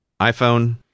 iPhone